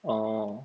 orh